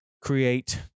create